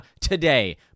today